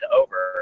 over